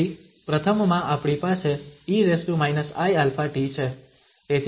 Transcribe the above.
તેથી પ્રથમમાં આપણી પાસે e−iαt છે